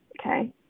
Okay